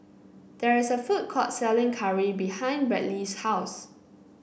there is a food court selling curry behind Bradley's house